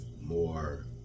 more